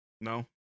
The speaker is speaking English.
No